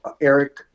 Eric